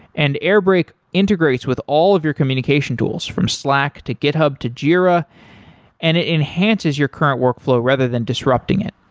and airbrake integrates with all of your communication tools, from slack, to github, to jira and it enhances your current workflow rather than disrupting it.